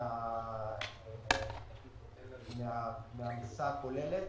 שקל מהמכסה הכוללת,